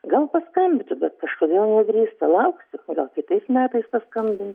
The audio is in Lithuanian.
gal paskambintų bet kažkodėl nedrįsta lauksiu gal kitais metais paskambins